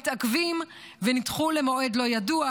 מתעכבים ונדחו למועד לא ידוע,